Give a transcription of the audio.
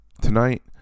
tonight